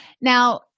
now